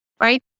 right